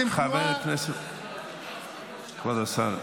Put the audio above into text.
אתם תנועה --- כבוד השר,